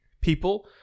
people